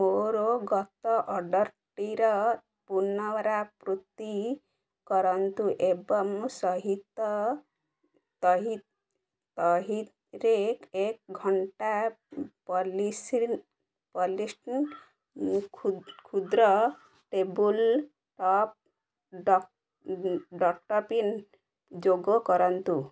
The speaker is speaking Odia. ମୋର ଗତ ଅର୍ଡ଼ର୍ଟିର ପୁନରାବୃତ୍ତି କରନ୍ତୁ ଏବଂ ସହିତ ତହିଁରେ ଏକ ଘଣ୍ଟା କ୍ଷୁଦ୍ର ଟେବୁଲ୍ ଟପ୍ ଯୋଗ କରନ୍ତୁ